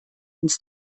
ins